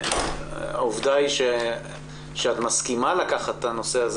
העובדה שאת מסכימה לקחת את הנושא הזה,